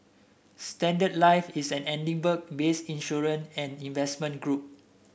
Standard Life is an Edinburgh based insurance and investment group